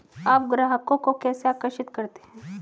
आप ग्राहकों को कैसे आकर्षित करते हैं?